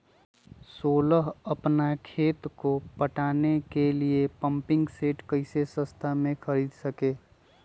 सोलह अपना खेत को पटाने के लिए पम्पिंग सेट कैसे सस्ता मे खरीद सके?